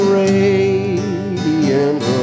radiant